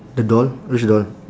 the doll which doll